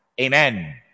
Amen